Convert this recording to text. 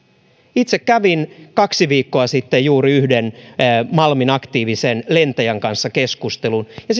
itse kävin kaksi viikkoa sitten juuri yhden malmin aktiivisen lentäjän kanssa keskustelun ja